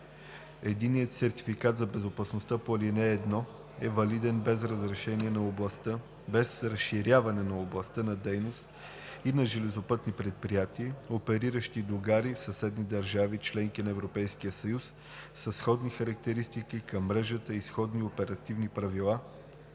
Единният сертификат за безопасност по ал. 1 е валиден без разширяване на областта на дейност и за железопътни предприятия, опериращи до гари в съседни държави – членки на Европейския съюз, със сходни характеристики на мрежата и сходни оперативни правила,